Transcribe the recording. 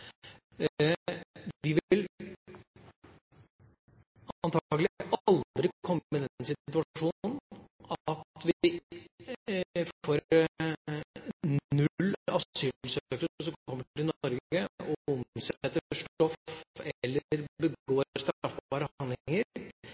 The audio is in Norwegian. Vi vil antakelig aldri komme i den situasjonen at vi får null asylsøkere som kommer til Norge og omsetter stoff eller begår straffbare